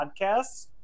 podcasts